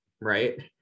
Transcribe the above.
right